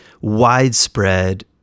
Widespread